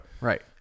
right